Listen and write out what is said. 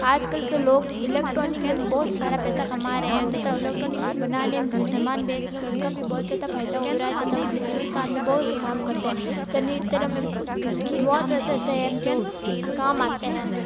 आज कल के लोग इलेक्ट्रॉनिक में बहुत सारा पैसा कमा रहे हैं तथा इलेक्ट्रॉनिक बनाने में जो सामान बेच रहें हैं उनका भी बहुत ज़्यादा फ़ायदा हो रहा है तथा उनके जीवन काल में बहुत से काम करते हैं बहुत ऐसे ऐसे हैं जो काम आते हैं